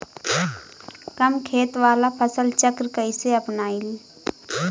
कम खेत वाला फसल चक्र कइसे अपनाइल?